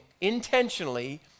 intentionally